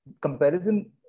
comparison